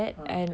ah